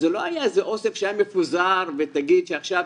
זה לא היה איזה אוסף שהיה מפוזר ותגיד שעכשיו